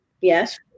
Yes